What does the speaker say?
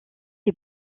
est